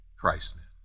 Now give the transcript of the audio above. Christ-Men